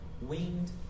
winged